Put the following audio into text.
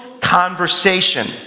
conversation